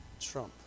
trump